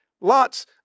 Lots